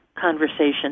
conversation